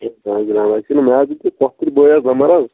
ہَے مےٚ حظ وۆن پۄپھتٕر بٲے حظ دۆپُن حظ